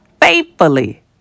faithfully